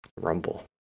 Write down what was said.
rumble